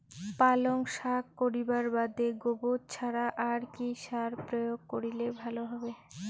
পালং শাক করিবার বাদে গোবর ছাড়া আর কি সার প্রয়োগ করিলে ভালো হবে?